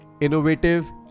innovative